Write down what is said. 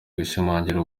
gushimangira